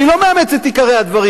אני לא מאמץ את עיקרי הדברים,